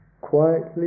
quietly